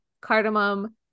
cardamom